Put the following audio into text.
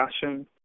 fashion